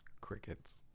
Crickets